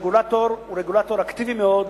הרגולטור הוא רגולטור אקטיבי מאוד